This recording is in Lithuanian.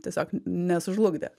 tiesiog nesužlugdė